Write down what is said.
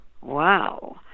wow